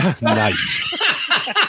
Nice